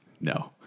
No